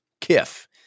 Kiff